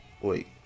wait